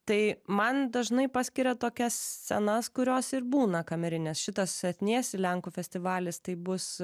tai man dažnai paskiria tokias scenas kurios ir būna kamerinės šitas etnėsi lenkų festivalis tai bus